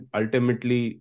ultimately